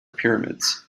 pyramids